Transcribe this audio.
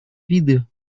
виды